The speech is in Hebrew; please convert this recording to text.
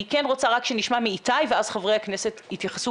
אני כן רוצה שנשמע מאיתי ואז חברי הכנסת יתייחסו